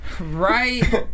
Right